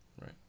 right